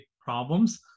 problems